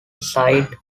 cite